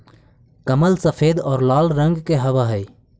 कमल सफेद और लाल रंग के हवअ हई